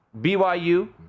byu